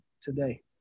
today